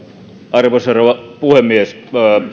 arvoisa rouva puhemies